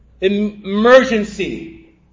Emergency